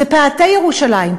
זה פאתי ירושלים,